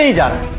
anything.